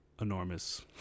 enormous